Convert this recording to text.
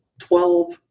twelve